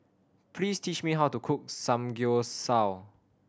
please teach me how to cook Samgyeopsal